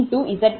2084 0